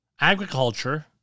agriculture